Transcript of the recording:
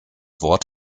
wort